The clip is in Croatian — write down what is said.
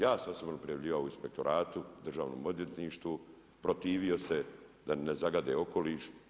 Ja sam osobno prijavljivao inspektoratu, Državnom odvjetništvu, protivio se da ne zagade okoliš.